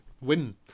win